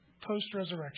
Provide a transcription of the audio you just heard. post-resurrection